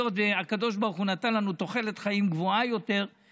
היות שהקדוש ברוך הוא נתן לנו תוחלת חיים גבוהה יותר,